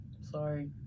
Sorry